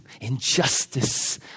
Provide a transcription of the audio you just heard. injustice